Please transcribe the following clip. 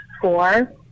four